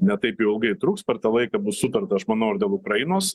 ne taip jau ilgai truks per tą laiką bus sutarta aš manau ir dėl ukrainos